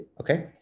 Okay